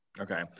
Okay